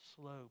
slope